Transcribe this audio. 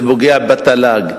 זה פוגע בתל"ג,